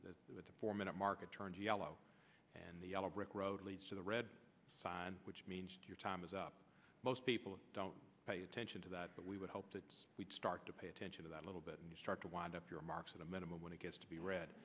then the four minute market turns yellow and the yellow brick road leads to the red sign which means your time is up most people don't pay attention to that but we would hope that we start to pay attention to that little bit and start to wind up your marks at a minimum when it gets to be read